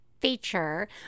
feature